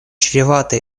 чреваты